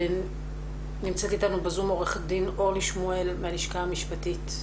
נמצאת אתנו בזום עוה"ד אורלי שמואל מהלשכה המשפטית.